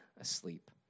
asleep